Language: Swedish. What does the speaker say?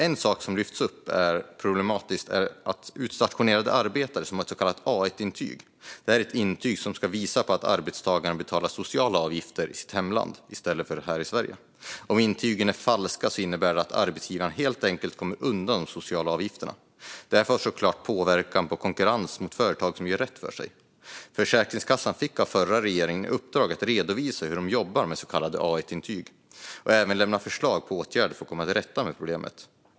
En sak som lyfts upp som problematisk är utstationerade arbetare som har ett så kallat A1-intyg. Det är ett intyg som ska visa att arbetstagaren betalar sociala avgifter i sitt hemland i stället för här i Sverige. Om intygen är falska kommer arbetsgivaren undan de sociala avgifterna. Detta får såklart påverkan på konkurrensen med företag som gör rätt för sig. Försäkringskassan fick av den förra regeringen i uppdrag att redovisa hur de jobbar med de så kallade A1-intygen och att lämna förslag på åtgärder för att komma till rätta med problemet.